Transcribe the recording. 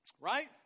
right